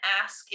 ask